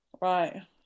right